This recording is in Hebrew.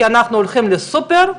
כשאנחנו הולכים לסופר,